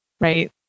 Right